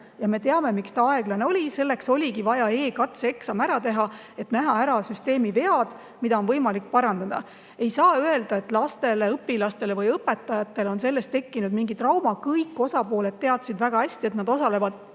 ja me teame, miks ta aeglane oli. Selleks oligi vaja e-katseeksam ära teha, et näha ära süsteemi vead, mida on võimalik parandada. Ei saa öelda, et lastele, õpilastele või õpetajatele on sellest tekkinud mingi trauma. Kõik osapooled teadsid väga hästi, et nad osalevad